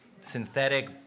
synthetic